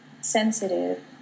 sensitive